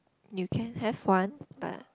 you can have one but